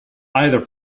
either